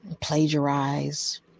Plagiarize